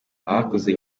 abakoze